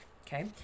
okay